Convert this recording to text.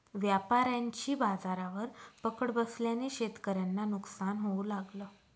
व्यापाऱ्यांची बाजारावर पकड बसल्याने शेतकऱ्यांना नुकसान होऊ लागलं